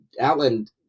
outland